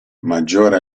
maggiore